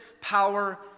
power